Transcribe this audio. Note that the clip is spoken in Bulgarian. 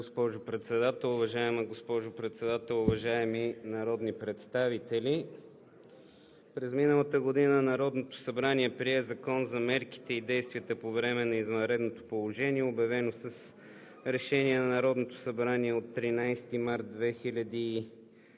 госпожо Председател. Уважаема госпожо Председател, уважаеми народни представители! През миналата година Народното събрание прие Закон за мерките и действията по време на извънредното положение, обявено с Решение на Народното събрание от 13 март 2020